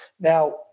Now